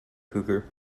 cougar